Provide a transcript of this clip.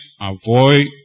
avoid